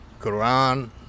Quran